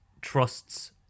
trusts